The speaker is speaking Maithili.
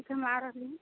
ठीक छै हम आ रहली